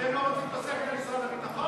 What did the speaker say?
אתם לא רוצים תוספת למשרד הביטחון?